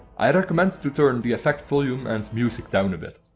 i recommend to turn the effect volume and music down a bit.